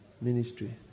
ministry